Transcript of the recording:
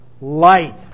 Light